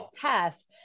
test